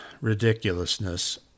ridiculousness